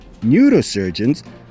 Neurosurgeons